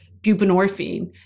buprenorphine